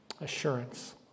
Assurance